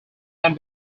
can